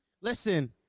Listen